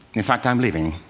in fact, i'm leaving.